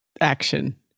Action